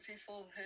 people